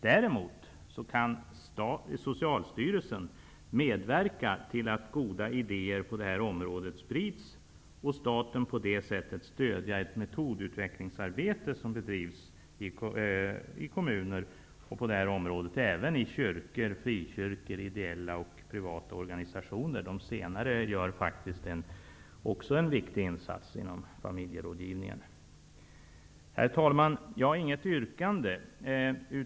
Däremot kan Socialstyrelsen medverka till att goda idéer på detta område sprids. Staten skulle på detta sätt stödja det metodutvecklingsarbete på detta område som bedrivs av kommuner och kyrkor, frikyrkor samt ideella och privata organisationer. De senare gör faktiskt också en viktig insats inom familjerådgivningen. Herr talman! Jag har inget yrkande.